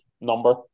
number